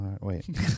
Wait